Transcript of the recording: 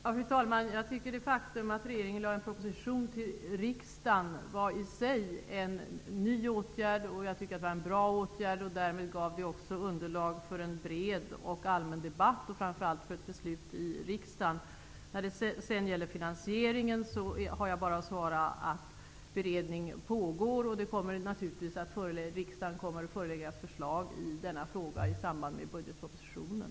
Fru talman! Det faktum att regeringen lade fram en proposition i riksdagen var i sig en ny åtgärd. Jag tycker att det var en bra åtgärd. Därmed gavs också underlag för en bred och allmän debatt och framför allt för ett beslut i riksdagen. När det sedan gäller finansieringen har jag bara att svara att beredning pågår. Riksdagen kommer att föreläggas förslag i denna fråga i samband med budgetpropositionen.